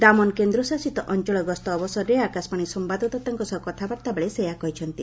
ଦାମନ କେନ୍ଦ୍ରଶାସିତ ଅଞ୍ଚଳ ଗସ୍ତ ଅବସରରେ ଆକାଶବାଣୀ ସମ୍ଭାଦଦାତାଙ୍କ ସହ କଥାବାର୍ତ୍ତାବେଳେ ସେ ଏହା କହିଛନ୍ତି